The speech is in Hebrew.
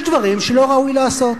יש דברים שלא ראוי לעשות.